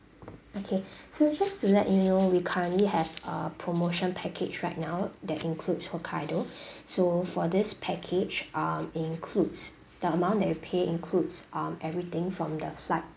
okay so just to let you know we currently have a promotion package right now that includes hokkaido so for this package um includes the amount that you pay includes um everything from the flight